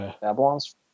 Babylon's